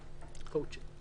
תצביע אתנו.